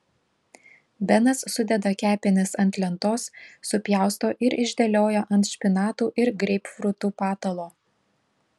benas sudeda kepenis ant lentos supjausto ir išdėlioja ant špinatų ir greipfrutų patalo